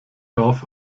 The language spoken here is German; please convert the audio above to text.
dorf